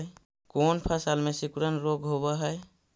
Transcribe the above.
कोन फ़सल में सिकुड़न रोग होब है?